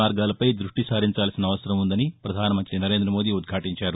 మార్గాలపై దృష్టి సారించాల్సిన అవసరం ఉందని ప్రధాన మంతి నరేందమోదీ ఉద్యాలించారు